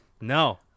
No